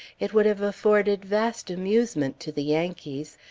it would have afforded vast amusement to the yankees.